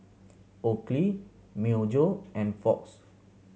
Oakley Myojo and Fox